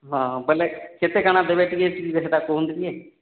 ହଁ ବୋଇଲେ କେତେ କାଣା ଦେବେ ଟିକେ ହେଟା କୁହନ୍ତୁ ଟିକିଏ